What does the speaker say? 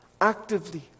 actively